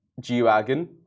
G-Wagon